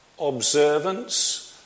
observance